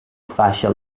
fascia